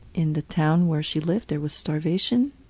in the town where she lived there was starvation.